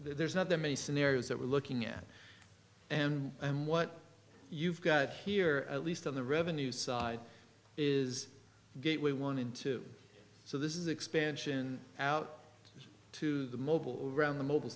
there's not that many scenarios that we're looking at and and what you've got here at least on the revenue side is great we wanted to so this is expansion out to the mobile around the mobile